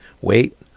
Wait